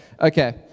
Okay